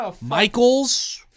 michaels